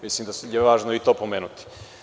Mislim da je važno i to pomenuti.